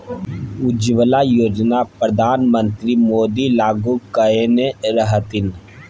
उज्जवला योजना परधान मन्त्री मोदी लागू कएने रहथिन